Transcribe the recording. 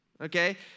okay